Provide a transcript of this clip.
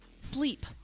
sleep